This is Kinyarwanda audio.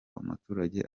umuturage